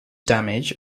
damage